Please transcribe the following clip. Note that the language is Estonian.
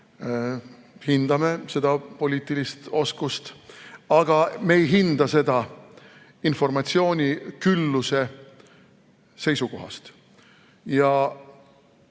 hindame seda poliitilist oskust, aga me ei hinda seda informatsiooni külluse seisukohast.